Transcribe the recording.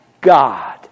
God